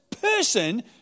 person